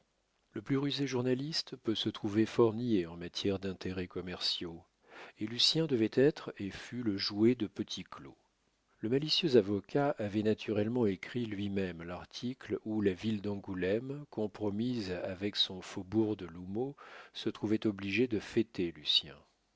le plus rusé journaliste peut se trouver fort niais en matière d'intérêts commerciaux et lucien devait être et fut le jouet de petit claud le malicieux avocat avait naturellement écrit lui-même l'article où la ville d'angoulême compromise avec son faubourg de l'houmeau se trouvait obligée de fêter lucien les